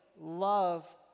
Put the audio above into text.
love